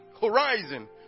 horizon